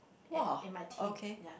!woah! okay